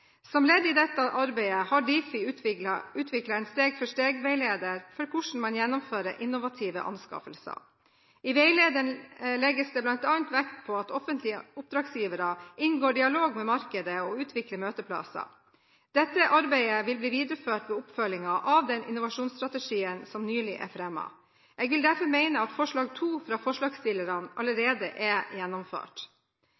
Som ledd i dette arbeidet har Difi utviklet en steg-for-steg-veileder for hvordan man gjennomfører innovative anskaffelser. I veilederen legges det bl.a. vekt på at offentlige oppdragsgivere inngår dialog med markedet og utvikler møteplasser. Dette arbeidet vil bli videreført ved oppfølgingen av den innovasjonsstrategien som nylig er blitt fremmet. Jeg vil derfor mene at forslag nr. 2 fra forslagsstillerne